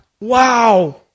Wow